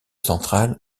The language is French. centrale